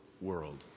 world